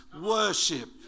worship